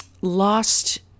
lost